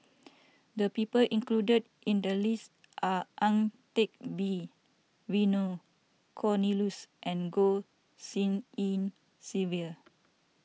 the people included in the list are Ang Teck Bee Vernon Cornelius and Goh Tshin En Sylvia